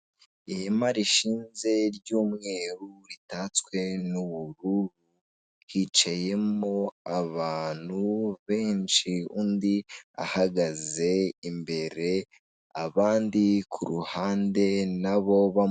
Ihema rishinze ry'umweru ritatswe n'ubururu, hicayemo abantu benshi, undi ahagaze imbere abandi ku ruhande nabo bamu.